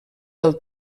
del